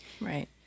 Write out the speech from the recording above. Right